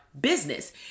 business